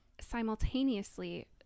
simultaneously